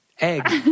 egg